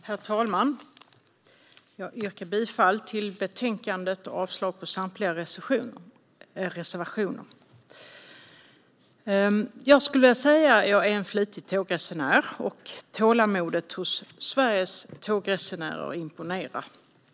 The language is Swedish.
Herr talman! Jag yrkar bifall till förslaget i betänkandet och avslag på samtliga reservationer. Jag skulle vilja säga att jag är en flitig tågresenär. Tålamodet hos Sveriges tågresenärer imponerar.